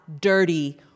dirty